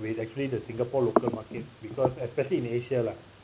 with actually the singapore local market because especially in asia lah